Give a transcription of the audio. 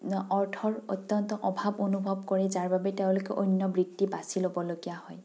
অৰ্থৰ অত্যন্ত অভাৱ অনুভৱ কৰে যাৰ বাবে তেওঁলোকে অন্য বৃত্তি বাচি ল'বলগীয়া হয়